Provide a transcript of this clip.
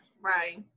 right